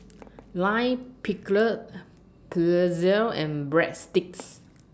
Lime Pickle Pretzel and Breadsticks